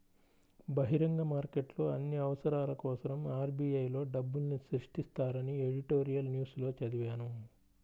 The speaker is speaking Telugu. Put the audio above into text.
బహిరంగ మార్కెట్లో అన్ని అవసరాల కోసరం ఆర్.బి.ఐ లో డబ్బుల్ని సృష్టిస్తారని ఎడిటోరియల్ న్యూస్ లో చదివాను